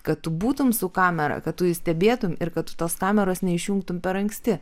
kad tu būtum su kamera kad tu jį stebėtum ir kad tos kameros neišjungtum per anksti